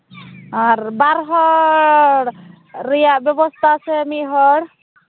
ᱟᱨ ᱵᱟᱨ ᱦᱚᱲ ᱨᱮᱭᱟᱜ ᱵᱮᱵᱚᱥᱛᱷᱟ ᱥᱮ ᱢᱤᱫ ᱦᱚᱲ